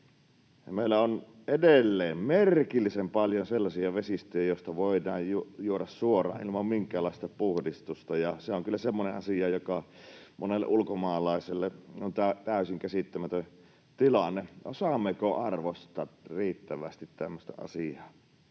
Meillä on edelleen merkillisen paljon sellaisia vesistöjä, joista voidaan juoda suoraan ilman minkäänlaista puhdistusta, ja se on kyllä semmoinen asia, joka monelle ulkomaalaiselle on täysin käsittämätön tilanne. Osaammeko arvostaa riittävästi tämmöistä asiaa?